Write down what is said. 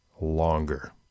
longer